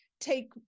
take